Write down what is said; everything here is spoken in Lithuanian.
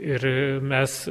ir mes